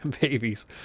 babies